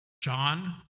John